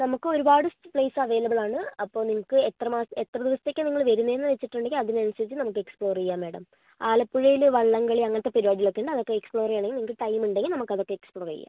നമ്മൾക്കൊരുപാട് place available ആണ് അപ്പോൾ നിങ്ങൾക്ക് എത്ര എത്ര ദിവസത്തേക്കാണ് നിങ്ങള് വരുന്നതെന്ന് വച്ചിട്ടുണ്ടെങ്കിൽ അതിനനുസരിച്ച് നമുക്ക് എക്സ്പ്ലോർ ചെയ്യാം മേഡം ആലപ്പുഴയിലെ വള്ളം കളി അങ്ങനത്തെ പരുപാടികളൊക്കെയുണ്ട് അതൊക്കെ എക്സ്പ്ളോർ ചെയ്യണെങ്കിൽ നിങ്ങൾക്ക് ടൈം ഉണ്ടെങ്കിൽ നമ്മൾക്കതൊക്കെ എക്സ്പ്ളോർ ചെയ്യാം